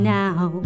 now